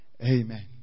amen